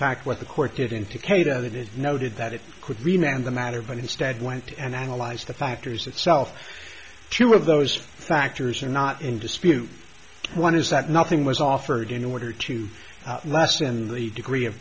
fact what the court did in to cater that it noted that it could remember the matter but instead went and analyzed the factors itself two of those factors are not in dispute one is that nothing was offered in order to lessen the degree of